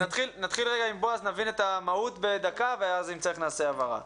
נתחיל עם בועז ונבין את המהות ואז אם צריך נבקש הבהרה.